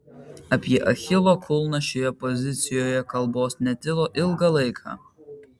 apie achilo kulną šioje pozicijoje kalbos netilo ilgą laiką